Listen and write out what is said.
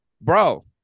Bro